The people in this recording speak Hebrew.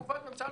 כן.